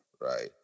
right